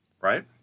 right